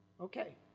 Okay